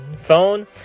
phone